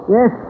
Yes